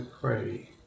pray